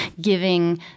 giving